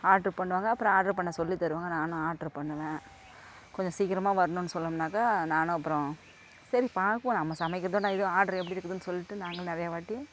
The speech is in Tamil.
ஆர்டரு பண்ணுவாங்க அப்புறம் ஆர்டரு பண்ண சொல்லித் தருவாங்க நான் ஆர்டரு பண்ணுவேன் கொஞ்சம் சீக்கிரமா வரணும்னு சொன்னம்ன்னாக்க நான் அப்புறம் சரி பாக்குவம் நம்ம சமைக்கிறதைவிட இது ஆர்டரு எப்படி இருக்குதுனு சொல்லிட்டு நாங்களும் நிறையாவாட்டி